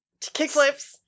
kickflips